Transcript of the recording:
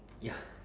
ya